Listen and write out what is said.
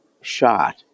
shot